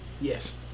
Yes